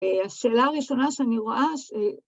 ‫שאלה ראשונה שאני רואה.